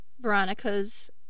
Veronica's